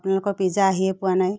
আপোনালোকৰ পিজ্জা আহিয়ে পোৱা নাই